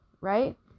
right